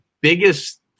biggest